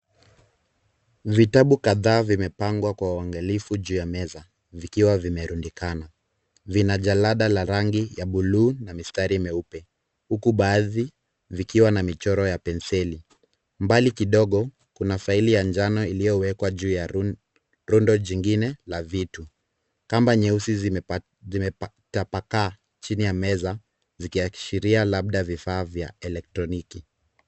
Vitabu kadhaa vimepangwa kwa uangalifu juu ya meza vikiwa vimerundikana. Vina jalada la rangi ya buluu na mistari meupe huku baadhi vikiwa na michoro ya penseli. Mbali kidogo kuna faili ya njano iliyowekwa juu ya rundo jingine la vitu. Kamba nyeusi zimetapakaa chini ya meza zikiashiria labda vifaa vya elektroniki.